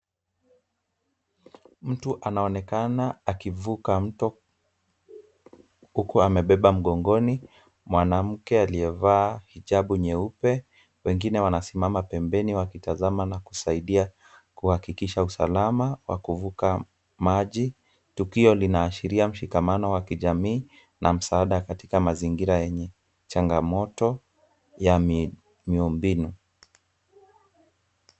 Mtu anaonekana akivuka mto, huku amebeba mgongoni mwanamke aliyevaa hijabu nyeupe. Wengine wanasimama pembeni wakitazama na kusaidia kuhakikisha usalama wa kuvuka maji. Tukio linaashiria mshikamano wa kijamii na msaada katika mazingira yenye changamoto ya miumbino .